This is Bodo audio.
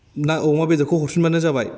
ना अमा बेदरखौ हरफिनबानो जाबाय